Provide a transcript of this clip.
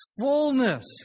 fullness